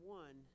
one